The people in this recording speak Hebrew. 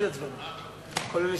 התפקיד עושה את העמדה.